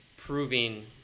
proving